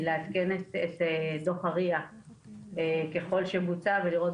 לעדכן את דוח ה-RIA ככל שבוצע ולראות